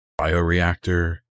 bioreactor